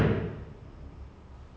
I feel that he was too nerdy